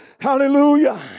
Hallelujah